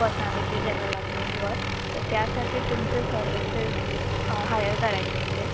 personality डेव्हलपमेंटवर तर त्यासाठी तुमचे सर्विसेस हायर करायचे होते